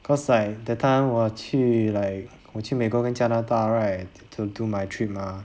cause I that time 我去 like 我去美国跟加拿大 right to do my trip mah